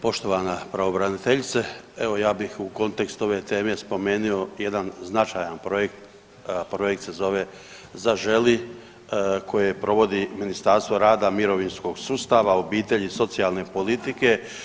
Poštovana pravobraniteljice evo ja bih u kontekstu ove teme spomenuo jedan značajan projekt, projekt se zove „Zaželi“ koje provodi Ministarstvo rada, mirovinskog sustava, obitelji, socijalne politike.